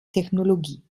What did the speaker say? technologie